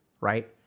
right